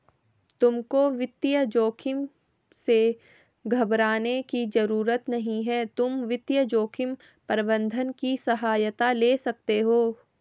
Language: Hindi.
तुमको वित्तीय जोखिम से घबराने की जरूरत नहीं है, तुम वित्तीय जोखिम प्रबंधन की सहायता ले सकते हो